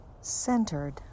Centered